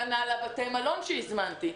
כנ"ל בתי המלון שהזמנתי,